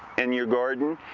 in your garden.